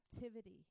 captivity